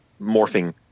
morphing